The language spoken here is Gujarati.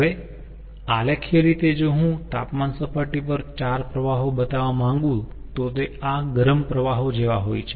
હવે આલેખીય રીતે જો હું તાપમાન સપાટી પર ચાર પ્રવાહો બતાવવા માંગું તો તે આ ગરમ પ્રવાહો જેવા હોય છે